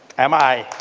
am i?